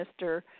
Mr